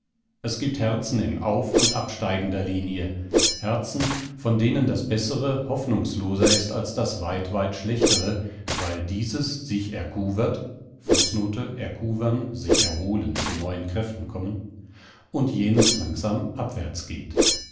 es gibt herzen in auf und absteigender linie herzen von denen das bessere hoffnungsloser ist als das weit weit schlechtere weil dieses sich erkuwert erkuwern erkowern sich erholen zu neuen kräften kommen und jenes langsam abwärts geht